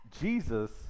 Jesus